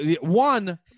One